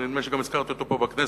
ונדמה לי שגם הזכרתי אותו פה בכנסת.